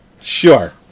Sure